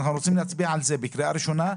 אנחנו רוצים להצביע על זה בקריאה הראשונה,